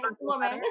Woman